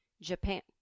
Japan